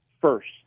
first